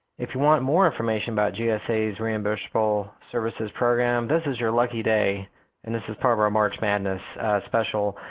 if you want more information about gsa's reimbursable services program, this is your lucky day and this is part of our march madness special.